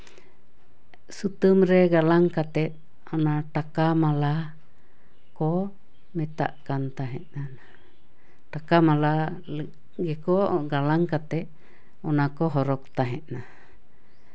ᱥᱩᱛᱟᱹᱢ ᱨᱮ ᱜᱟᱞᱟᱝ ᱠᱟᱛᱮᱫ ᱚᱱᱟ ᱴᱟᱠᱟ ᱢᱟᱞᱟ ᱠᱚ ᱢᱮᱛᱟᱜ ᱠᱟᱱ ᱛᱟᱦᱮᱸᱜᱼᱟ ᱴᱟᱠᱟ ᱢᱟᱞᱟ ᱜᱮᱠᱚ ᱜᱟᱞᱟᱝ ᱠᱟᱛᱮᱫ ᱚᱱᱟ ᱠᱚ ᱦᱚᱨᱚᱜᱽ ᱛᱟᱦᱮᱫ